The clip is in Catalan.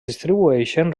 distribueixen